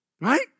Right